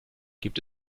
gibt